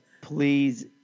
please